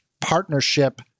partnership